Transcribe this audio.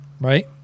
right